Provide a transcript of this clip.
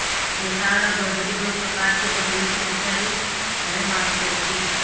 बेताल और बरबरी दो प्रकार के बकरियों की नस्ल है मास्टर जी